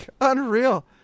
Unreal